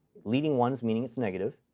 leading ones meaning it's negative.